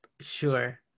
Sure